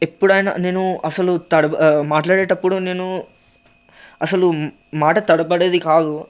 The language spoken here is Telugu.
ఎప్పుడయినా నేను అసలు తడబ మాట్లాడే అపుడు నేను అసలు మాట తడబడేది కాదు